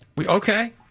Okay